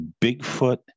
Bigfoot